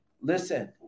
listen